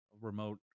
remote